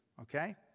okay